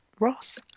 Ross